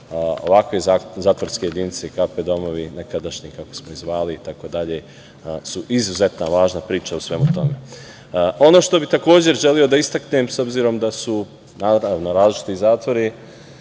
ovakve zatvorske jedinice KP domovi nekadašnji, kako smo ih zvali, itd, su izuzetno važna priča u svemu tome. Ono što bih takođe želeo da istaknem, s obzirom da su naravno različiti zatvori